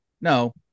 no